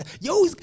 yo